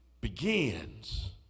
begins